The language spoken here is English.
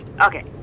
Okay